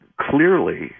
clearly